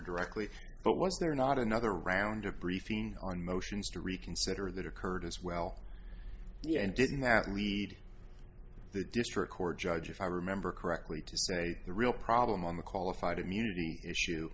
directly but was there not another round of briefing on motions to reconsider that occurred as well the end didn't matter lead the district court judge if i remember correctly to say the real problem on the qualified immunity issue